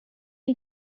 you